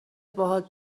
باهات